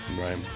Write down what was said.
Right